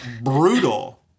brutal